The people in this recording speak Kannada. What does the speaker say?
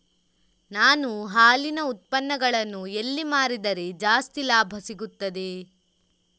ನಾನು ಹಾಲಿನ ಉತ್ಪನ್ನಗಳನ್ನು ಎಲ್ಲಿ ಮಾರಿದರೆ ಜಾಸ್ತಿ ಲಾಭ ಸಿಗುತ್ತದೆ?